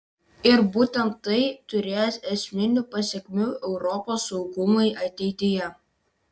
ir būtent tai turės esminių pasekmių europos saugumui ateityje